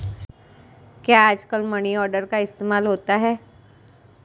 क्या आजकल money order का इस्तेमाल होता है?